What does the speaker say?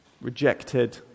rejected